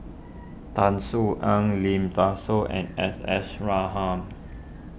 Tan Su Aun Lim Tan Soo and S S Ratham